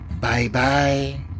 Bye-bye